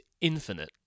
infinite